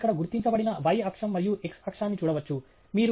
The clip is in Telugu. మీరు ఇక్కడ గుర్తించబడిన y అక్షం మరియు x అక్షాన్ని చూడవచ్చు